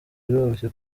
biroroshye